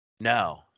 No